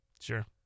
sure